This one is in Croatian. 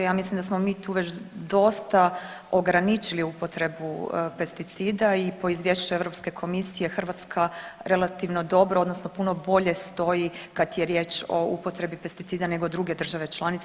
Ja mislim da smo mi već tu dosta ograničili upotrebu pesticida i po izvješću Europske komisije Hrvatska relativno dobro odnosno puno bolje stoji kad je riječ o upotrebi pesticida nego druge države članice.